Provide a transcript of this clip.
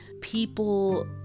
people